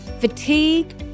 fatigue